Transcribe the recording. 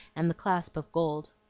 and the clasp of gold.